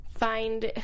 find